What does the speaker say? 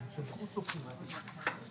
ואז אנחנו נחליט --- אנחנו נבקש ממשרד